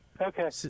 okay